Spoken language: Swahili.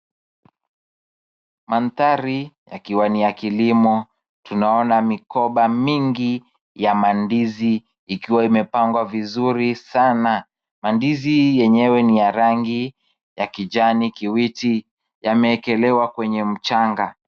Mandhari yakiwa ni ya kilimo. Tunaona mikoba mingi ya mandizi ikiwa imepangwa vizuri sana. Mandizi yenyewe ni ya rangi ya kijani kibichi. Yamewekelewa kwenye mchanga.